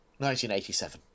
1987